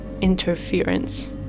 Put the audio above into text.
interference